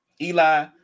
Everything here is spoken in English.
Eli